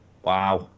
Wow